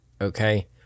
okay